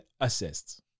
assists